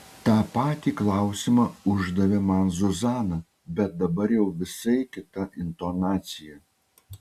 tą patį klausimą uždavė man zuzana bet dabar jau visai kita intonacija